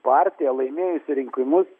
partija laimėjusi rinkimus